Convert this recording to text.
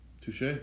touche